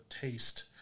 taste